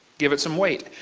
give it some weight.